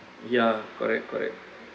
ya correct correct